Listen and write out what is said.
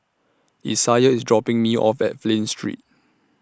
Isiah IS dropping Me off At Flint Street